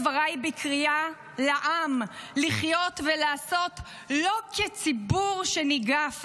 דבריי בקריאה לעם לחיות ולעשות לא כציבור שניגף,